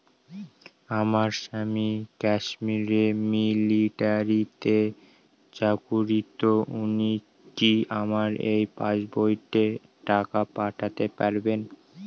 আমার স্বামী কাশ্মীরে মিলিটারিতে চাকুরিরত উনি কি আমার এই পাসবইতে টাকা পাঠাতে পারবেন?